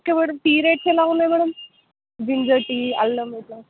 okay madam tea rates ఎలా ఉన్నాయి madam ginger tea అల్లం ఇట్లా